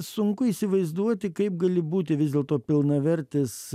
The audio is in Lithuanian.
sunku įsivaizduoti kaip gali būti vis dėlto pilnavertis